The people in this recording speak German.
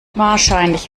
wahrscheinlich